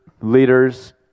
leaders